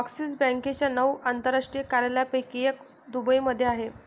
axis बँकेच्या नऊ आंतरराष्ट्रीय कार्यालयांपैकी एक दुबईमध्ये आहे